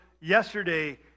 yesterday